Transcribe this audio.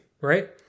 right